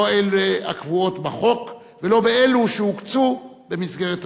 לא אלו הקבועות בחוק ולא אלו שהוקצו במסגרת התקציב.